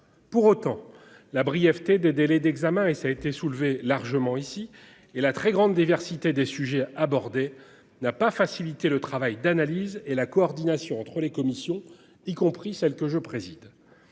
pour autant la brièveté des délais d'examen et ça a été soulevée largement ici et la très grande diversité des sujets abordés n'a pas facilité le travail d'analyse et la coordination entre les commissions, y compris celle que je préside.